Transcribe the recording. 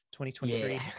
2023